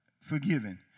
forgiven